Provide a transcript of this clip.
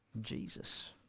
Jesus